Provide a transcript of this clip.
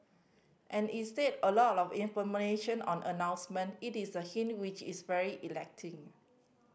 and instead a lot of on announcement it is the hint which is very